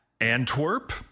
Antwerp